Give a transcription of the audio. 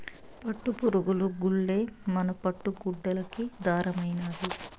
పట్టుపురుగులు గూల్లే మన పట్టు గుడ్డలకి దారమైనాది